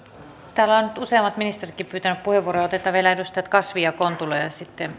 täällä ovat nyt useammat ministeritkin pyytäneet puheenvuoroa joten otetaan vielä edustajat kasvi ja kontula ja ja sitten